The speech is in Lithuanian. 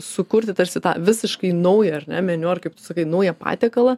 sukurti tarsi tą visiškai naują ar ne meniu ar kaip tu sakai naują patiekalą